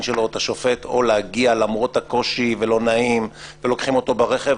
שלו או את השופט או להגיע למרות הקושי ושלא נעים ושלוקחים אותו ברכב,